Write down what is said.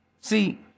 See